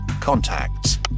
contacts